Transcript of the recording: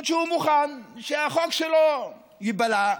זאת אומרת שהוא מוכן שהחוק שלו ייבלע,